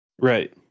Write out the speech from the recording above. Right